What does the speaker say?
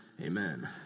Amen